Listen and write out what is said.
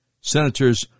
senators